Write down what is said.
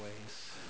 ways